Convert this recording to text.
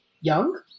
young